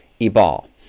Ebal